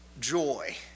joy